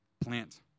Plant